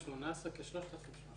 2018, כ-3,300.